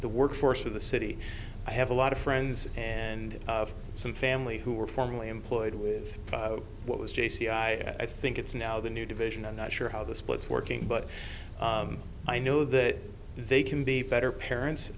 the workforce of the city i have a lot of friends and some family who were formerly employed with what was j c i i think it's now the new division i'm not sure how the splits working but i know that they can be better parents